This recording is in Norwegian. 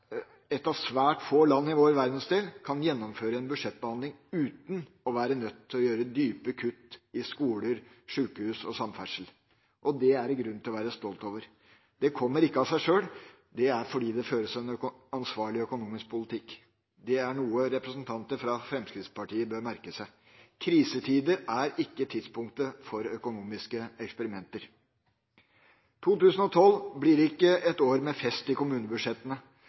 av svært få land i vår verdensdel, kan gjennomføre en budsjettbehandling uten å være nødt til å gjøre dype kutt i skoler, sykehus og samferdsel. Det er det grunn til å være stolt over. Det kommer ikke av seg sjøl; det er fordi det føres en ansvarlig økonomisk politikk. Det er noe representanter fra Fremskrittspartiet bør merke seg. Krisetider er ikke tidspunktet for økonomiske eksperimenter. 2012 blir ikke et år med fest med hensyn til kommunebudsjettene.